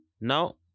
Now